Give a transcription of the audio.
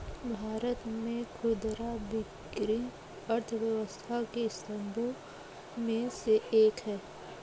भारत में खुदरा बिक्री अर्थव्यवस्था के स्तंभों में से एक है